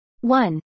One